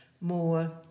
more